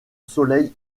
soleil